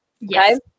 Yes